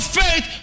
faith